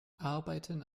arbeiten